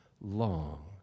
long